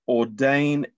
ordain